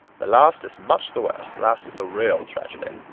the last is much the worst the last is a real tragedy!